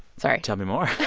sorry tell me more